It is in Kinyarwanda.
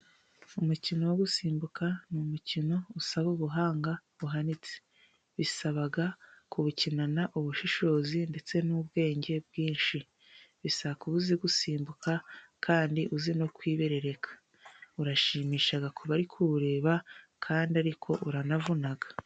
Umukino wo gusimbuka, ni umukino usaba ubuhanga buhanitse, bisaba kuwukinana ubushishozi, ndetse n'ubwenge bwinshi, bisaba kuba uzi gusimbuka, kandi uzi no kwiberereka. Urashimisha kubari ku wureba kandi ariko uranavuna.